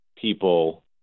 people